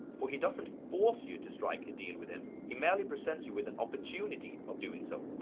for he doesn't force you to strike a deal with him, he merely presents you with an opportunity of doing so!